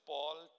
Paul